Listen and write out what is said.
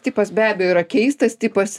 tipas be abejo yra keistas tipas